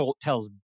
tells